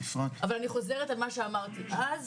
אבל אני חוזרת על מה שאמרתי אז,